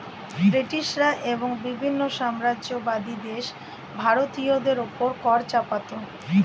ব্রিটিশরা এবং বিভিন্ন সাম্রাজ্যবাদী দেশ ভারতীয়দের উপর কর চাপাতো